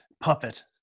puppet